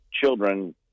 children